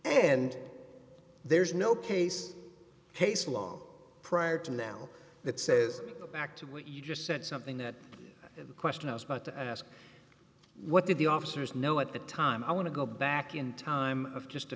and there's no case case law prior to now that says back to what you just said something that the question i was about to ask what did the officers know at the time i want to go back in time of just a